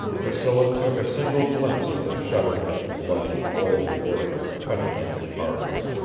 priscilla took a single glimpse of the shuddering, bloody, oily work of cutting in the carcass,